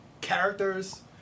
characters